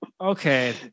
Okay